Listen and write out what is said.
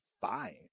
fine